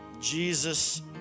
Jesus